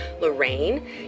Lorraine